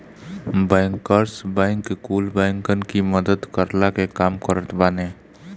bankers bank कुल बैंकन की मदद करला के काम करत बाने